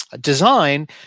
design